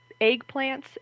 Eggplants